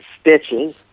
stitches